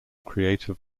creative